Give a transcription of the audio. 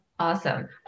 Awesome